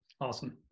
Awesome